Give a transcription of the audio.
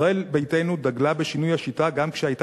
ישראל ביתנו דגלה בשינוי השיטה גם כשהיתה